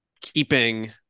keeping